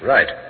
Right